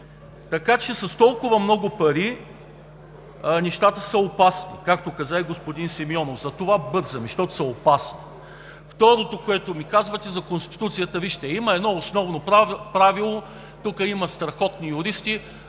Така че с толкова много пари нещата са опасни, както каза и господин Симеонов. Затова бързаме, защото са опасни. Второто, което ми казвате – за Конституцията. Вижте, има едно основно правило. Тук има страхотни юристи.